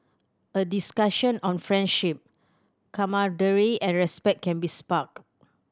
a discussion on friendship camaraderie and respect can be sparked